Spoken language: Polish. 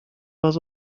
was